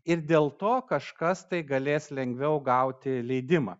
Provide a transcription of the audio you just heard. ir dėl to kažkas tai galės lengviau gauti leidimą